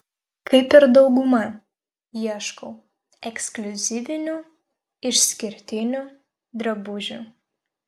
kaip ir dauguma ieškau ekskliuzyvinių išskirtinių drabužių